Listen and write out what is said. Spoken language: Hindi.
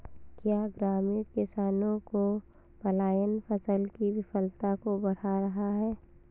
क्या ग्रामीण किसानों का पलायन फसल की विफलता को बढ़ा रहा है?